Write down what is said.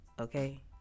okay